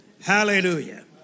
Hallelujah